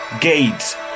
Gates